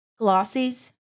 Glossies